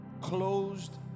closed